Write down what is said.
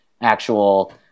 actual